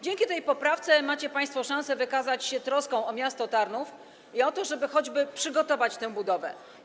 Dzięki tej poprawce macie państwo szansę wykazać się troską o miasto Tarnów i o to, żeby choćby przygotować tę budowę.